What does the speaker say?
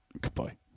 goodbye